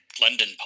London